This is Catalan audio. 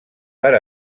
per